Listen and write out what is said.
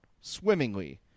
swimmingly